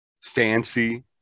fancy